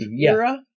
era